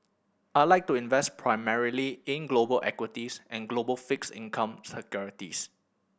I like to invest primarily in global equities and global fixed income securities